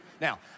Now